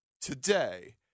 today